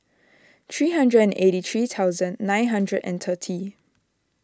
three hundred and eighty three thousand nine hundred and thirty